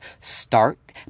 Start